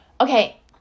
Okay